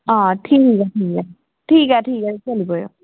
आं ठीक ऐ ठीक ऐ ठीक ऐ ठीक ऐ चली पोयो